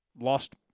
lost